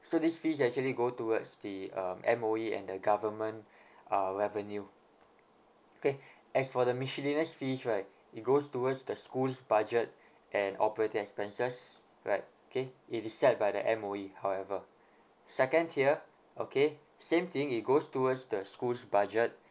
so these fees actually go toward the um M_O_E and the government uh revenue okay as for the miscellaneous fees right it goes towards the school's budget and operating expenses right okay it is set by the M_O_E however second tier okay same thing it goes towards the school's budget